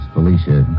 Felicia